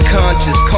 conscious